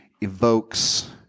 evokes